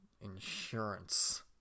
insurance